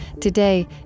Today